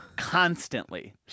constantly